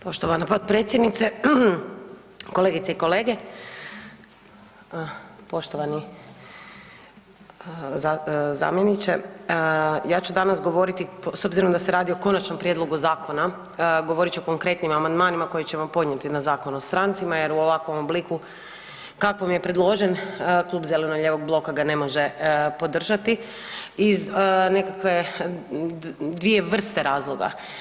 Poštovana potpredsjednice, kolegice i kolege, poštovani zamjeniče ja ću danas govoriti s obzirom da se radi o konačnom prijedlogu zakona, govorit ću o konkretnim amandmanima koje ćemo podnijeti na Zakon o strancima jer u ovakvom obliku kakvom je predložen Klub zeleno-lijevog bloka ga ne može podržati iz nekakve dvije vrste razloga.